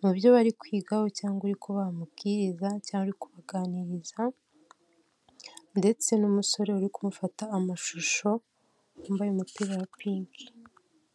mu byo bari kwigaho cyangwa uri kubaha amabwiriza cyangwa uri kubaganiriza, ndetse n'umusore uri kumufata amashusho wambaye umupira wa pink.